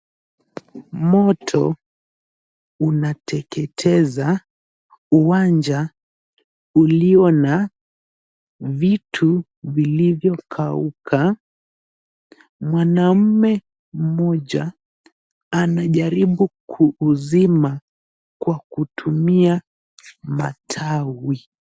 Moto unateketeza uwanja ulio na vitu vilivyokauka. Mwanaume mmoja, anajaribu kuuzima kwa kutumia matawi.